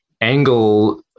angle